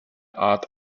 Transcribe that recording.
art